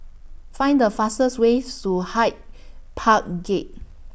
Find The fastest Way to Hyde Park Gate